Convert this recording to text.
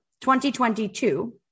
2022